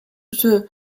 the